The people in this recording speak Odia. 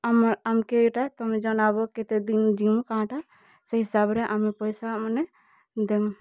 ଆମ ଆମ୍ କେ ଇଟା କେତେ ଦିନ ଜୀମୁଁ ଇ ଟା କାଇଁ ଟା ସେ ହିସାବରେ ଆମର ପଇସା ମାନେ ଦେମୁଁ